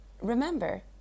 Remember